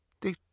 They